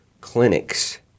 clinics